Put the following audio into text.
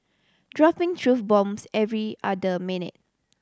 dropping truth bombs every other minute